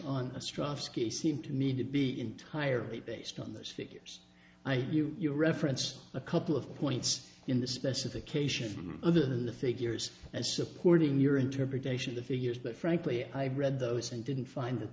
on ostrowski seem to me to be entirely based on those figures i view you reference a couple of points in the specification other than the figures and supporting your interpretation of the figures but frankly i've read those and didn't find that